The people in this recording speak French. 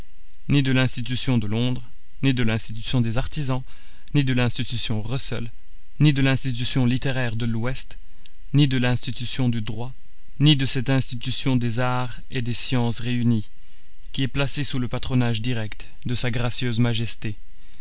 ni de l'institution de londres ni de l'institution des artisans ni de l'institution russell ni de l'institution littéraire de l'ouest ni de l'institution du droit ni de cette institution des arts et des sciences réunis qui est placée sous le patronage direct de sa gracieuse majesté